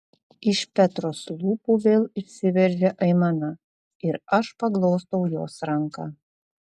iš petros lūpų vėl išsiveržia aimana ir aš paglostau jos ranką